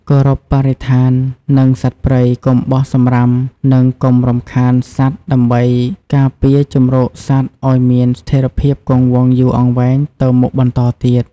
គោរពបរិស្ថាន និងសត្វព្រៃ កុំបោះសំរាម និងកុំរំខានសត្វដើម្បីការពារជម្រកសត្វឲ្យមានស្ថេរភាពគង់វង្សយូរអង្វែងទៅមុខបន្តទៀត។